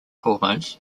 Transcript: hormones